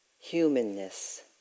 humanness